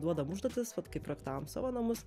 duodam užduotis vat kai projektavom savo namus